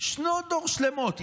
שנות דור שלמות.